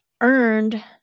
earned